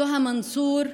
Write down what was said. סוהא מנסור,